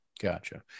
Gotcha